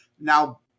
Now